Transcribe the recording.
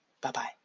Bye-bye